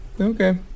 Okay